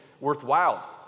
worthwhile